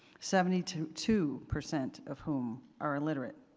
seventy two two percent of whom are illiterate.